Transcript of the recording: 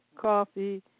coffee